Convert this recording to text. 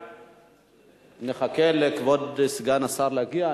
אנחנו נחכה לכבוד סגן השר שיגיע.